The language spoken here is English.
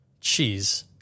cheese